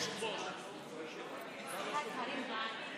קארין בעד.